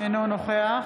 אינו נוכח